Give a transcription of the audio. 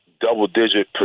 double-digit